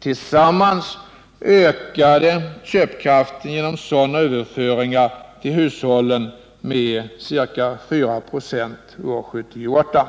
Tillsammans ökade köpkraften genom sådana överföringar till hushållen med ca 4 96 år 1978.